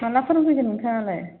माब्ला फोरोंफैगोन नोंथाङालाय